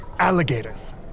alligators